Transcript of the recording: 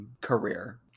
career